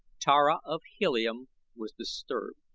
tara of helium was disturbed.